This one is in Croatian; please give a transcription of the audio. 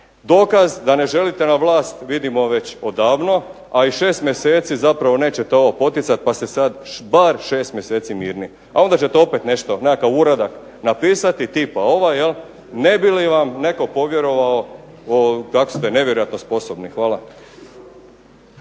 dokaz da ne želite na vlast vidimo već odavno, a i 6 mjeseci zapravo nećete ovo poticat pa ste sad bar 6 mjeseci mirni a onda ćete opet nešto nekakav uradak napisati tipa ovaj ne bi li vam netko povjerio kako ste nevjerojatno sposobni. Hvala.